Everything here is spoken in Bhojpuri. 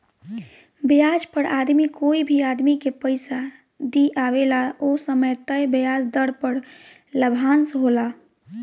ब्याज पर आदमी कोई भी आदमी के पइसा दिआवेला ओ समय तय ब्याज दर पर लाभांश होला